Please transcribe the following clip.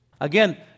Again